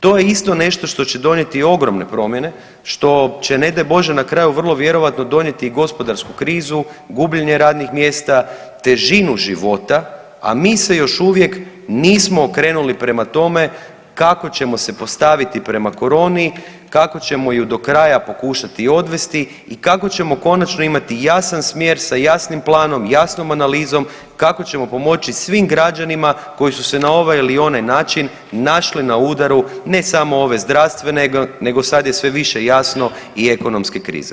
To je isto nešto što će donijeti ogromne promjene, što će, ne daj Bože, na kraju vrlo vjerojatno donijeti i gospodarsku krizu, gubljenje radnih mjesta, težinu života, a mi se još uvijek nismo okrenuli prema tome kako ćemo se postaviti prema koroni, kako ćemo ju do kraja pokušati odvesti i kako ćemo konačno imati jasan smjer sa jasnim planom, jasnom analizom, kako ćemo pomoći svim građanima koji su se na ovaj ili onaj način našli na udaru, ne samo ove zdravstvene, nego sad je sve više jasno i ekonomske krize.